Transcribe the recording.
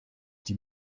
die